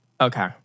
Okay